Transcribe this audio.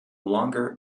longer